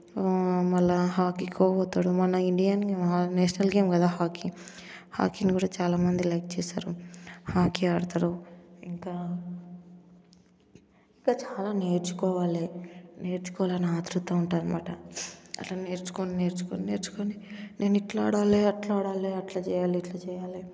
మళ్ళా హాకీకో పోతాడు మన ఇండియన్ నేషనల్ గేమ్ కదా హాకీ హాకిని కూడా చాలామంది లైక్ చేస్తారు హాకీ ఆడతారు ఇంకా ఇంకా చాలా నేర్చుకోవాలి నేర్చుకోవాలి అనే ఆత్రుత ఉంటుంది అనమాట అట్లా నేర్చుకొని నేర్చుకొని నేర్చుకొని నేను ఎట్లా ఆడాలి అట్లా ఆడాలి అట్లా చేయాలి ఇట్లా చేయాలి